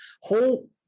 Whole